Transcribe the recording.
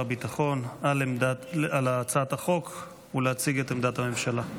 הביטחון על הצעת החוק ולהציג את עמדת הממשלה.